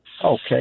Okay